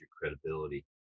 credibility